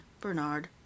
Bernard